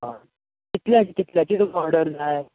आं कितल्या कितल्याची तुका ऑर्डर जाय